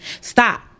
Stop